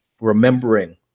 remembering